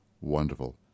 Wonderful